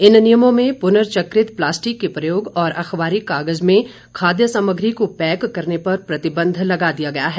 इन नियमों में पुर्नचक्रित प्लास्टिक के प्रयोग और अखबारी कागज में खाद्य सामग्री को पैक करने पर प्रतिबंध लगा दिया गया है